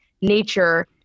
nature